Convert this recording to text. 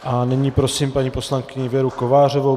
A nyní prosím paní poslankyni Věru Kovářovou.